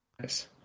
nice